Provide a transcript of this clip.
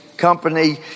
Company